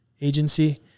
agency